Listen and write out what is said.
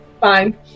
Fine